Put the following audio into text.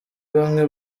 bamwe